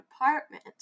apartment